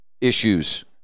issues